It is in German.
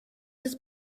des